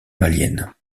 malienne